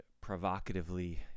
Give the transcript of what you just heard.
provocatively